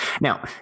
now